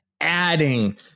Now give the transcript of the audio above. adding